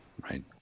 Right